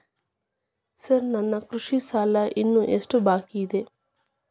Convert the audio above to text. Sir ನನ್ನ ಕೃಷಿ ಸಾಲ ಇನ್ನು ಎಷ್ಟು ಬಾಕಿಯಿದೆ?